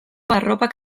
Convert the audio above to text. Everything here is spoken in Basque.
arropak